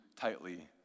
tightly